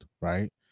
right